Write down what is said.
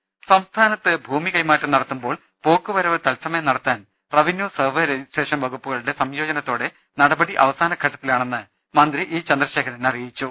രുട്ടിട്ടിടു സംസ്ഥാനത്ത് ഭൂമി കൈമാറ്റം നടത്തുമ്പോൾ പ്പോക്കുവരവ് തത്സമയം നടത്താൻ റവന്യൂ സർവേ റജിസ്ട്രേഷൻ വകുപ്പുകളുടെ സംയോജനത്തോ ടെ നടപടി അവസാന ഘട്ടത്തിലാണെന്ന് മന്ത്രി ഇ ചന്ദ്രശേഖരൻ പറഞ്ഞു